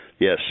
Yes